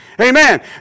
Amen